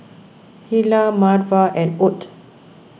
Hilah Marva and Ott